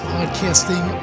Podcasting